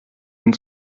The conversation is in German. hin